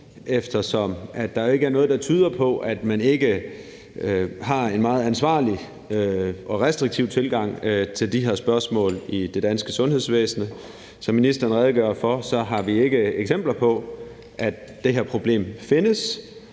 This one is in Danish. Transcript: eftersom der jo ikke er noget, der tyder på, at man ikke har en meget ansvarlig og restriktiv tilgang til de her spørgsmål i det danske sundhedsvæsen. Som ministeren redegjorde for, har vi ikke eksempler på, at det her problem findes,